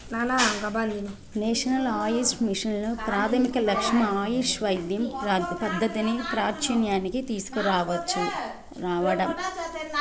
national AYUSH mission ప్రాథమిక లక్ష్యం ఆయుష్ వైద్య పద్ధతిని ప్రాచూర్యానికి తీసుకురావటం